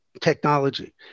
technology